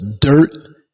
dirt